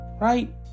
right